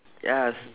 yes